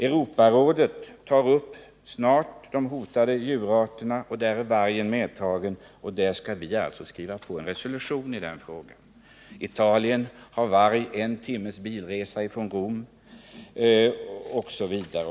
Europarådet tar snart upp frågan om de hotade djurarterna, bland vilka vargen är medtagen — och där vi snart skall skriva på en resolution — Italien har varg en timmes bilresa från Rom osv.